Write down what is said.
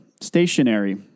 Stationary